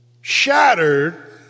Shattered